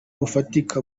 bufatika